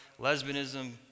lesbianism